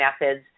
methods